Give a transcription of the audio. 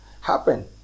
happen